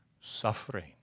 suffering